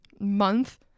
month